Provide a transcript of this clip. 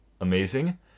amazing